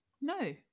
no